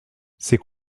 c’est